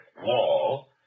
wall